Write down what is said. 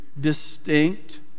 distinct